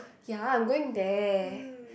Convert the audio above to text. ya I'm going there